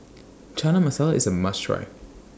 Chana Masala IS A must Try